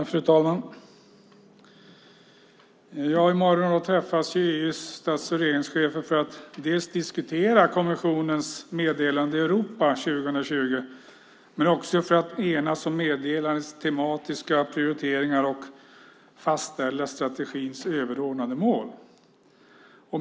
Fru talman! I morgon träffas EU:s stats och regeringschefer för att dels diskutera kommissionens meddelande Europa 2020 men också för att enas om meddelandets tematiska prioriteringar och fastställa strategins överordnade mål.